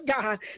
God